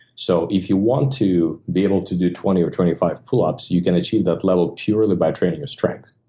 so if you want to be able to do twenty or twenty five pull-ups, you can achieve that level purely by training your strength,